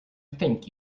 thank